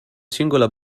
singola